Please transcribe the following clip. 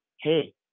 hey